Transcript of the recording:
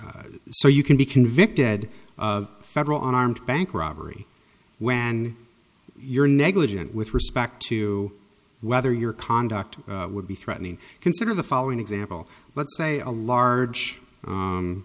so so you can be convicted of federal an armed bank robbery when you're negligent with respect to whether your conduct would be threatening consider the following example let's say a large